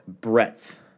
breadth